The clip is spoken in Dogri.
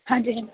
हां जी हां जी